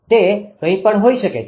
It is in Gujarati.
તે કઈ પણ હોઈ શકે છે